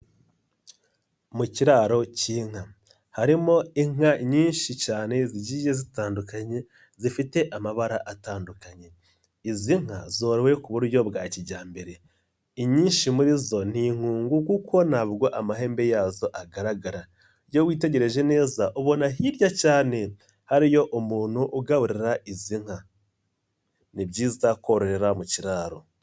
Mu kiraro cy'inka, harimo inka nyinshi cyane zagiye zitandukanye zifite amabara atandukanye. Izi nka zorowe ku buryo bwa kijyambere, inyinshi muri zo ni inkungugu kuko ntabwo amahembe yazo agaragara, iyo witegereje neza ubona hirya cyane hariyo umuntu ugaburira izi nka. Ni byiza korohera mu kiraro.